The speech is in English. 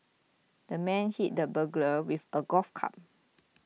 the man hit the burglar with a golf club